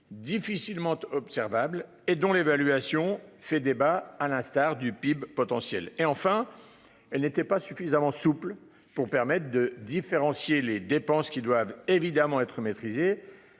difficilement observables et dont l'évaluation fait débat. À l'instar du PIB potentiel et enfin elle n'était pas suffisamment souple pour permettre de différencier les dépenses qui doivent évidemment être maîtrisé